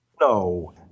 No